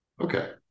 okay